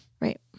Right